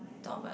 not bad